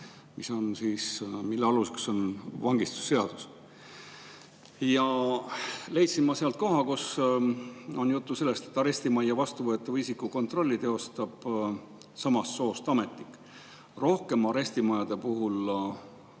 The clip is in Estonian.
2011, mille alus on vangistusseadus. Sealt leidsin ma koha, kus on juttu sellest, et arestimajja vastuvõetava isiku kontrolli teostab samast soost ametnik. Rohkem arestimajade puhul